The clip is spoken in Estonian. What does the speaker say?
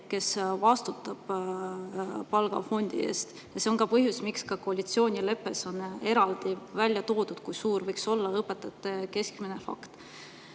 kes vastutab palgafondi eest. Ja see on ka põhjus, miks koalitsioonileppes on eraldi välja toodud, kui suur võiks olla õpetajate keskmine palk.